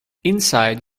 inside